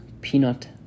peanut